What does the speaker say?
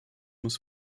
muss